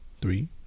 Three